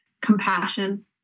compassion